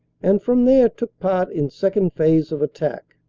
and from there took part in second phase of attack.